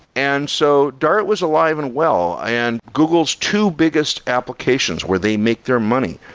and so dart was alive and well and google's two biggest applications where they make their money,